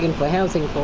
and for housing for,